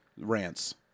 rants